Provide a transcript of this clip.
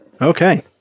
Okay